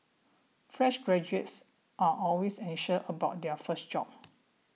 fresh graduates are always anxious about their first job